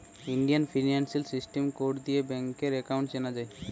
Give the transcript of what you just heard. Indian financial system code দিয়ে ব্যাংকার account চেনা যায়